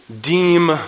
deem